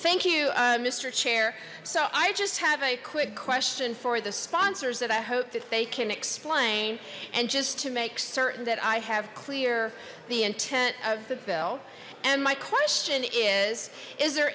thank you mister chair so i just have a quick question for the sponsors that i hope that they can explain and just to make certain that i have clear the intent of the bill and my question is is there